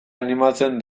animatzen